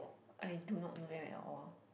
I do not know them at all